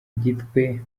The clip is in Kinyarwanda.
gitwe